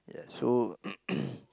ya so